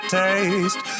taste